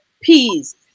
Peas